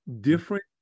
different